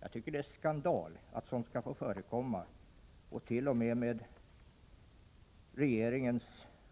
Jag tycker att det är skandal att sådant skall få förekomma, t.o.m. med regeringens